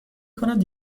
کند